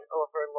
over